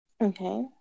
okay